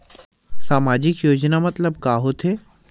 सामजिक योजना मतलब का होथे?